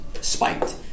spiked